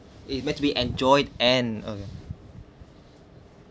it meant to be enjoyed and uh